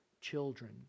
children